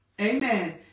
Amen